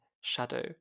shadow